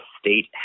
state